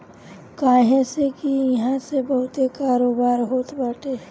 काहे से की इहा से बहुते कारोबार होत बाटे